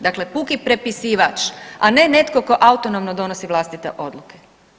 Dakle, puki prepisivač, a ne netko tko autonomno donosi vlastite odluke.